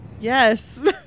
Yes